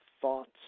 thoughts